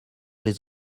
les